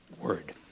word